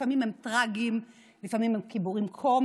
לפעמים הם טרגיים, לפעמים הם גיבורים קומיים.